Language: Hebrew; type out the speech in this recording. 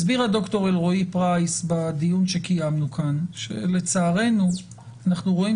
הסבירה ד"ר אלרועי פרייס בדיון שקיימנו כאן שלצערנו אנחנו רואים